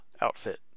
outfit